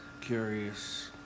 curious